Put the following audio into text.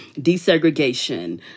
desegregation